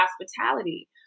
hospitality